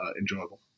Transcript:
enjoyable